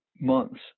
months